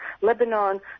Lebanon